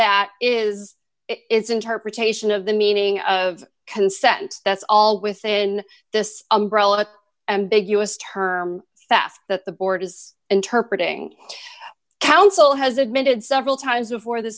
that is its interpretation of the meaning of consent that's all within this umbrella ambiguous term theft that the board is interpreted council has admitted several times before th